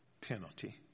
penalty